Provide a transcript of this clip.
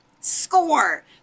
score